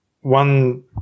one